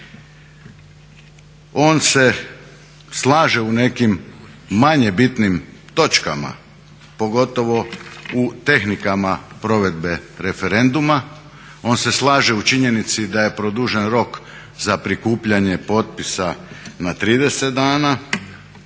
On se slaže u nekim manje bitnim točkama, pogotovo u tehnikama provedbe referenduma, on se slaže u činjenici da je produžen rok za prikupljanje potpisa na 30 dana,